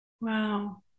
Wow